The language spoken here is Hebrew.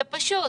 זה פשוט,